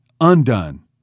undone